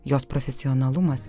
jos profesionalumas